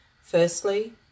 Firstly